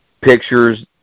pictures